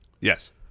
Yes